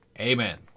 Amen